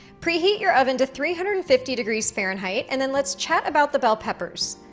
preheat your oven to three hundred and fifty degrees fahrenheit, and then let's chat about the bell peppers.